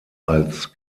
als